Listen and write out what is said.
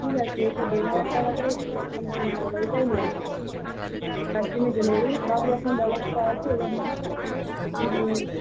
ঠিক আছে এইটা দেড় হাজার টাকাটাই কনফার্ম রইল ওইটাই নেবো চার দিনের জন্য সবরকম ব্যবস্থা আছে